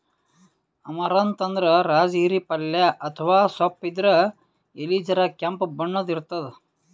amaranth ಅಂದ್ರ ರಾಜಗಿರಿ ಪಲ್ಯ ಅಥವಾ ಸೊಪ್ಪ್ ಇದ್ರ್ ಎಲಿ ಜರ ಕೆಂಪ್ ಬಣ್ಣದ್ ಇರ್ತವ್